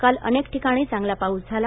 काल अनेक ठिकाणी चांगला पाऊस झाला